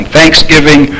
Thanksgiving